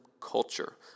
culture